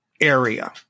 area